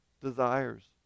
desires